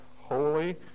holy